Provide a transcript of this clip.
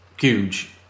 huge